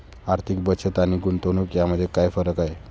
आर्थिक बचत आणि गुंतवणूक यामध्ये काय फरक आहे?